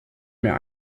mir